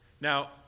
Now